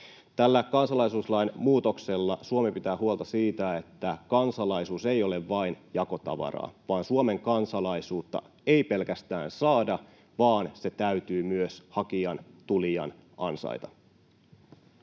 Tällä kansalaisuuslain muutoksella Suomi pitää huolta siitä, että kansalaisuus ei ole vain jakotavaraa, Suomen kansalaisuutta ei pelkästään saada, vaan se täytyy hakijan, tulijan, myös ansaita.